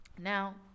Now